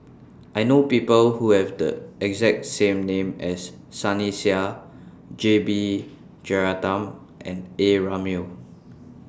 I know People Who Have The exact same name as Sunny Sia J B Jeyaretnam and A Ramli